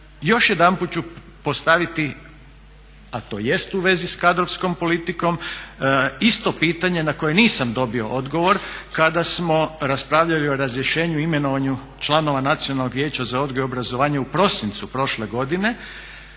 još jedanput ću postaviti a to jest u vezi sa kadrovskom politikom isto pitanje na koje nisam dobio odgovor kada smo raspravljali o razrješenju i imenovanju članova Nacionalnog vijeća za odgoj i obrazovanje u prosincu prošle godine,